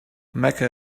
mecca